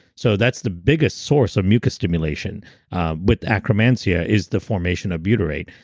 so that's the biggest source of mucus stimulation with akkermansia is the formation of butyrate.